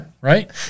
right